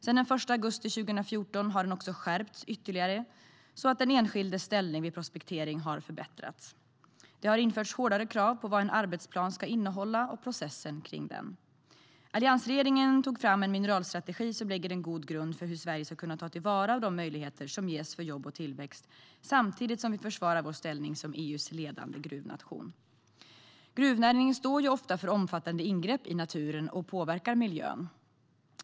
Sedan den 1 augusti 2014 har minerallagen skärpts ytterligare, så att den enskildes ställning vid prospektering har förbättrats. Det har införts hårdare krav på vad en arbetsplan ska innehålla och processen kring den. Gruvnäringen står ofta för omfattande ingrepp i naturen och påverkar miljön.